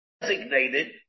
designated